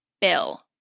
bill